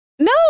No